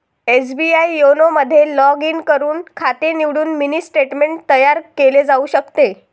SBI YONO मध्ये log in करून खाते निवडून मिनी स्टेटमेंट तयार केले जाऊ शकते